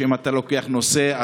אם אתה לוקח נושא,